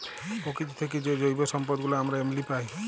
পকিতি থ্যাইকে যে জৈব সম্পদ গুলা আমরা এমলি পায়